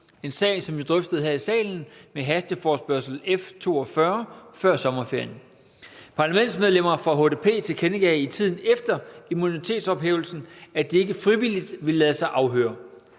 en sag, som vi drøftede her i salen med hasteforespørgsel F 42 før sommerferien. Parlamentsmedlemmer fra HDP tilkendegav i tiden efter immunitetsophævelsen, at de ikke frivilligt ville lade sig afhøre.